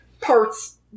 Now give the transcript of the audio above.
parts